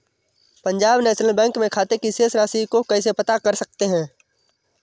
Punjab national bank में खाते की शेष राशि को कैसे पता कर सकते हैं?